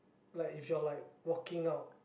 like if you're like walking out